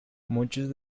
muchos